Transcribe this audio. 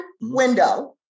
window